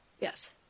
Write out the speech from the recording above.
Yes